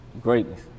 Greatness